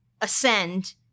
ascend